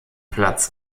platz